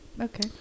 Okay